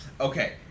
Okay